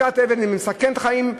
זריקת אבן מסכנת חיים,